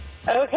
Okay